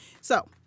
So-